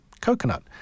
Coconut